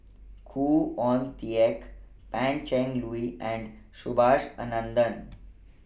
Khoo Oon Teik Pan Cheng Lui and Subhas Anandan